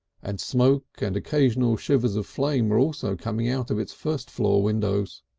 and smoke and occasional shivers of flame were also coming out of its first-floor windows.